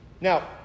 Now